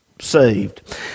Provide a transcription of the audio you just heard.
saved